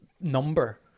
number